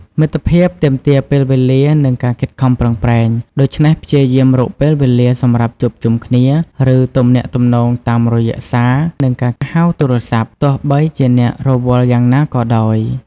មិត្តភាពទាមទារពេលវេលា និងការខិតខំប្រឹងប្រែង ដូច្នេះព្យាយាមរកពេលវេលាសម្រាប់ជួបជុំគ្នា ឬទំនាក់ទំនងតាមរយៈសារ និងការហៅទូរស័ព្ទ ទោះបីជាអ្នករវល់យ៉ាងណាក៏ដោយ។